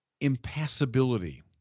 impassibility